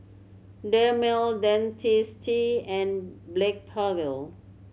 Dermale Dentiste and Blephagel